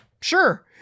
Sure